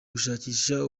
gushakisha